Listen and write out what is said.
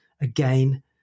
again